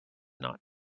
not